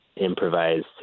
improvised